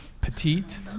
petite